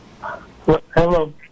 Hello